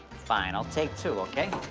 fine, i'll take two, okay?